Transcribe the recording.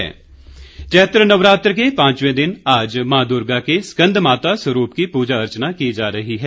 नवरात्र चैत्र नवरात्र के पांचवे दिन आज मां दुर्गा के स्कंदमाता स्वरूप की पूजा अर्चना की जा रही है